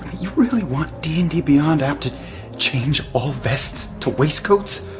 you really want d and d beyond app to change all vests to waistcoats?